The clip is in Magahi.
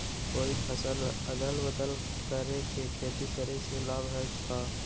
कोई फसल अदल बदल कर के खेती करे से लाभ है का?